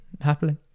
Happily